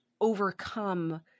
overcome